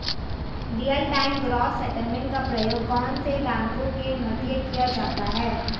Real time gross settlement का प्रयोग कौन से बैंकों के मध्य किया जाता है?